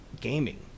gaming